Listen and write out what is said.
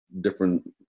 different